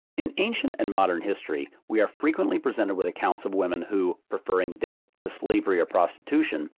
in ancient and modern history, we are frequently presented with accounts of women, who, preferring death to slavery or prostitution,